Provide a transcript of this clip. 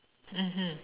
mmhmm